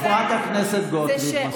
חברת הכנסת גוטליב, מספיק.